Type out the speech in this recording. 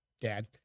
dad